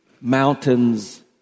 Mountains